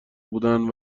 بودن